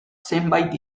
zenbait